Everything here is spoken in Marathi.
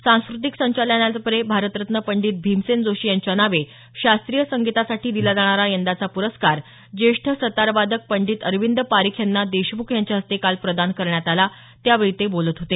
सांस्क्रतिक संचालनालयातर्फे भारतरत्न पंडित भीमसेन जोशी यांच्या नावे शास्त्रीय संगीतासाठी दिला जाणारा यंदाचा प्रस्कार ज्येष्ठ सतार वादक पंडित अरविंद परिख यांना देशमुख यांच्या हस्ते काल प्रदान करण्यात आला त्यावेळी ते बोलत होते